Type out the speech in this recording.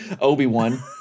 Obi-Wan